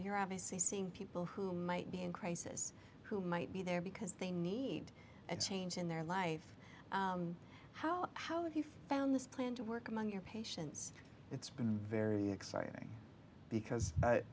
you're obviously seeing people who might be in crisis who might be there because they need a change in their life how how he found this plan to work among your patients it's been very exciting because